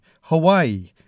Hawaii